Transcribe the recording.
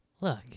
look